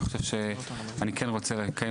אני חושב שאני כן רוצה לקיים